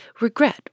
regret